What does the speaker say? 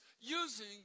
using